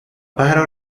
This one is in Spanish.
pájaros